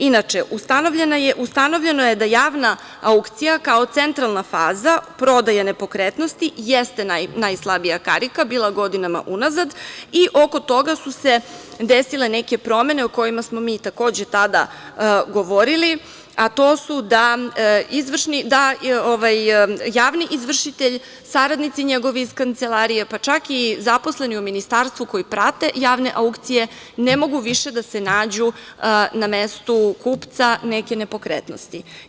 Inače, ustanovljeno je da javna aukcija, kao centralna faza prodaje nepokretnosti jeste najslabija karika bila godinama unazad i oko toga su se desile neke promene o kojima smo mi takođe tada govorili, a to su da javni izvršitelj, saradnici njegovi iz kancelarije, pa čak i zaposleni u Ministarstvu koji prate javne aukcije ne mogu više da se nađu na mestu kupca neke nepokretnosti.